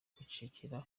kwicecekera